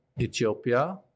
Ethiopia